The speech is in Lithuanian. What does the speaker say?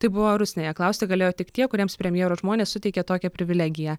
taip buvo rusnėje klausti galėjo tik tie kuriems premjero žmonės suteikė tokią privilegiją